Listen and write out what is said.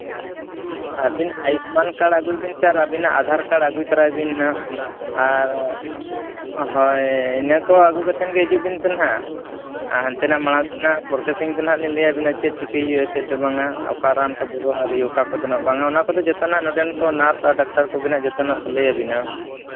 ᱟᱹᱵᱤᱱ ᱟᱹᱭᱩᱥᱢᱟᱱ ᱠᱟᱨᱰ ᱟᱹᱜᱩᱭᱵᱤᱱ ᱥᱮ ᱟᱨ ᱟᱹᱵᱤᱱᱟᱜ ᱟᱫᱷᱟᱨ ᱠᱟᱨᱰ ᱟᱹᱜᱩ ᱛᱟᱨᱟᱭ ᱵᱤᱱ ᱦᱟᱸᱜ ᱟᱨ ᱦᱳᱭ ᱤᱱᱟᱹ ᱠᱚ ᱟᱹᱜᱩ ᱠᱟᱛᱮᱫ ᱜᱮ ᱦᱤᱡᱩᱜ ᱵᱮᱱ ᱥᱮ ᱦᱟᱸᱜ ᱟᱨ ᱦᱟᱱᱛᱮᱱᱟᱜ ᱢᱟᱲᱟᱝ ᱥᱮᱱᱟᱜ ᱯᱨᱚᱥᱮᱥᱤᱝ ᱫᱚ ᱦᱟᱸᱜ ᱞᱟᱹᱭ ᱟᱹᱵᱤᱱᱟ ᱪᱮᱫ ᱪᱤᱠᱟᱹᱭ ᱦᱩᱭᱩᱜᱼᱟ ᱪᱮᱫ ᱫᱚ ᱵᱟᱝᱟ ᱚᱠᱟ ᱨᱟᱱ ᱠᱚ ᱵᱮᱵᱚᱦᱟᱨ ᱦᱩᱭᱩᱜ ᱚᱠᱟ ᱠᱚ ᱫᱚᱱᱟᱜ ᱵᱟᱝᱟ ᱚᱱᱟ ᱠᱚᱫᱚ ᱡᱚᱛᱚᱱᱟᱜ ᱱᱚᱰᱮᱱ ᱠᱚ ᱱᱟᱨᱥ ᱟᱨ ᱰᱟᱠᱛᱟᱨ ᱠᱚᱜᱮᱸ ᱦᱟᱸᱜ ᱡᱚᱛᱚᱱᱟᱜ ᱠᱚ ᱞᱟᱹᱭ ᱟᱹᱵᱤᱱᱟ